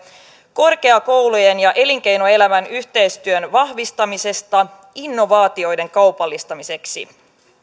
korkeakoulujen ja elinkeinoelämän yhteistyön vahvistamisesta innovaatioiden kaupallistamiseksi